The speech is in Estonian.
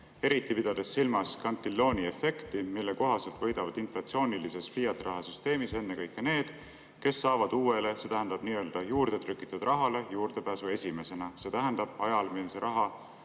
Eriti pidades silmas Cantilloni efekti, mille kohaselt võidavad inflatsioonilises fiat‑raha süsteemis ennekõike need, kes saavad uuele, see tähendab nii-öelda juurde trükitud rahale juurdepääsu esimesena, see tähendab ajal, mil sellel rahal